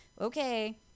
okay